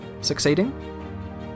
succeeding